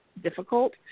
difficult